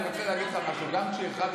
אני רוצה להגיד לך משהו: גם כשהתחלתי,